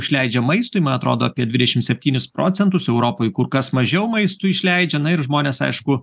išleidžia maistui man atrodo apie dvidešim septynis procentus europoj kur kas mažiau maistui išleidžia na ir žmonės aišku